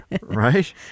Right